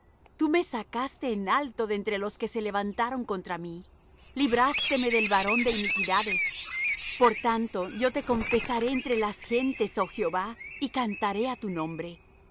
tu me sacaste en alto de entre los que se levantaron contra mi librásteme del varón de iniquidades por tanto yo te confesaré entre las gentes oh jehová y cantaré á tu nombre